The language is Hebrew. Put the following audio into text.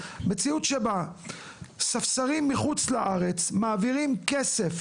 מציאות שבה ספסרים מחוץ לארץ מעבירים כסף